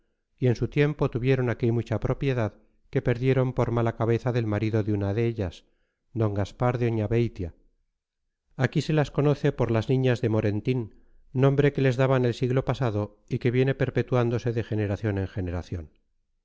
y en su tiempo tuvieron aquí mucha propiedad que perdieron por mala cabeza del marido de una de ellas d gaspar de oñabeitia aquí se las conoce por las niñas de morentín nombre que les daban el siglo pasado y que viene perpetuándose de generación en generación